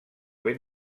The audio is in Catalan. ben